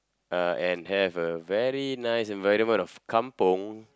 uh and have a very nice environment of kampung